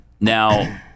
Now